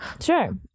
sure